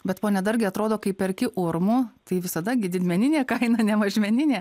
bet pone dargi atrodo kai perki urmu tai visada gi didmeninė kaina ne mažmeninė